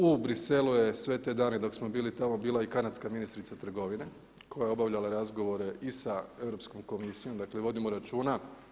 U Briselu je sve te dane dok smo bili tamo bila i kanadska ministrica trgovine koja je obavljala razgovore i sa Europskom komisijom dakle vodimo računa.